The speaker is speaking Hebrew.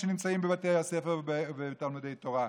שנמצאים בבתי הספר ובתלמודי תורה.